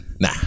nah